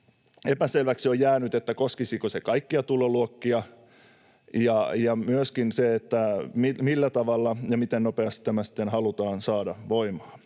Epäselväksi on jäänyt, koskisiko se kaikkia tuloluokkia ja myöskin millä tavalla ja miten nopeasti tämä sitten halutaan saada voimaan.